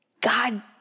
God